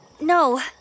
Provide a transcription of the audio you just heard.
No